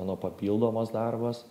mano papildomas darbas